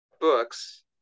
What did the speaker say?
books